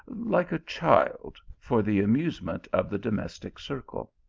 like a child, for the amusement of the domestic circle.